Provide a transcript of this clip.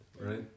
right